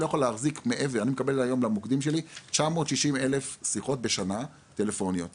אני מקבל היום למוקדים שלי כ-960,000 שיחות טלפונית בשנה,